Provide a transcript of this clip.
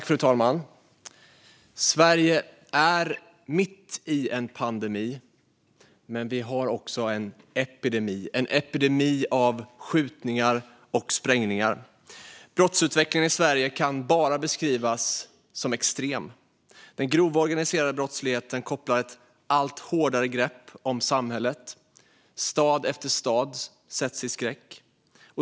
Fru talman! Sverige är mitt i en pandemi. Men vi har också en epidemi - en epidemi av skjutningar och sprängningar. Brottsutvecklingen i Sverige kan bara beskrivas som extrem. Den grova organiserade brottsligheten kopplar ett allt hårdare grepp om samhället. Stad efter stad sätts i skräck.